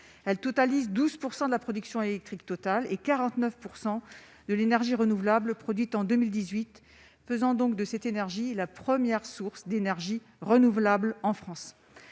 elle totalise 12 % de la production électrique totale et 49 %, de l'énergie renouvelable produite en 2018 faisant donc de cette énergie la première source d'énergie renouvelable en France